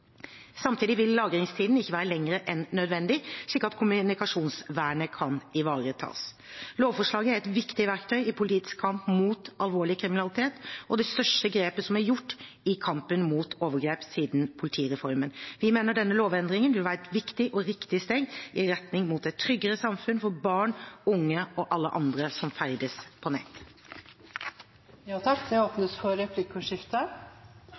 Samtidig vil lagringstiden ikke være lenger enn nødvendig, slik at kommunikasjonsvernet kan ivaretas. Lovforslaget er et viktig verktøy i politiets kamp mot alvorlig kriminalitet, og det største grepet som er gjort i kampen mot overgrep siden politireformen. Vi mener denne lovendringen vil være et viktig og riktig steg i retning mot et tryggere samfunn for barn, unge og alle andre som ferdes på